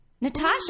Natasha